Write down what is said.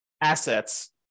assets